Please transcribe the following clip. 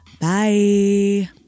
Bye